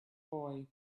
boy